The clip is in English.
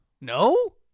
No